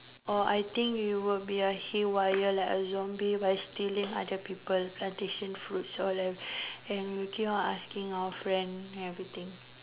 or I think it will be like haywire like a zombie by stealing other people plantation fruits all that and we will keep on asking our friend everything